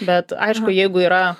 bet aišku jeigu yra